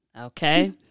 Okay